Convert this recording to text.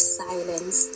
silence